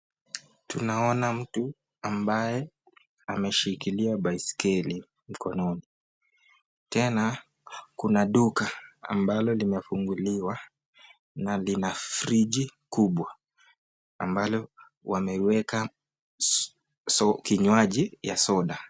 Tunaona mtu ambaye ameshikilia baiskeli mkononi. Tena kuna duka ambaye limefunguliwa na lina friji kubwa ambalo wameiweka kinywaji ya soda.